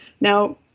Now